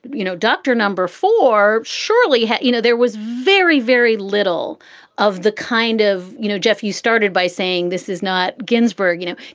you know, doctor number four. surely, yeah you know, there was very, very little of the kind of you know, jeff, you started by saying this is not ginsburg. you know,